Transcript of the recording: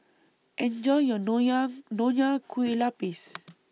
Enjoy your Nonya Nonya Kueh Lapis